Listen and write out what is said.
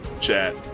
chat